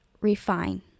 refine